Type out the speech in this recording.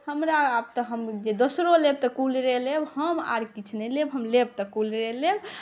हमरा आब तऽ हम जे दोसरो लेब तऽ कूलरे लेब हम आओर किछु नहि लेब हम लेब तऽ कूलरे लेब